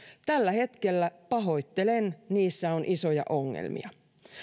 tällä hetkellä pahoittelen niissä on isoja ongelmia